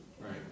Right